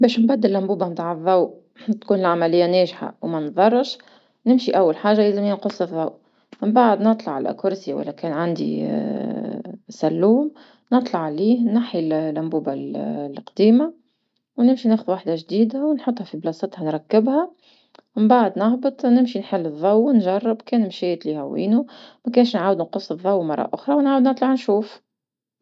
باش نبدل لمبوب متاع الضو تكون العملية ناجحة ومنضرش، نمشي أول حاجة لازمني نقص الضو، منبعد نطلع على كرسي ولا كان عندي سلوم مطلع عليه نحي لمبوبة لقديمة ونمشي ناخذ وحدة جديدة نحطها في بلاصتها نركبها منبعد نهبط نمشي نحل الضو نجر كان مشات لها وينو، مكاش نعاود نقص الضو مرة أخرى ونعاود نطلع نشوف.